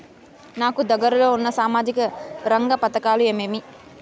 నాకు దగ్గర లో ఉన్న సామాజిక రంగ పథకాలు ఏమేమీ?